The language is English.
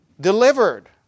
Delivered